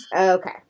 Okay